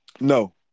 No